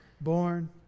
born